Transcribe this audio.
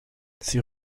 ses